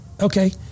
okay